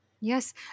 Yes